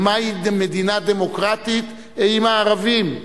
ומהי מדינה דמוקרטית, עם הערבים.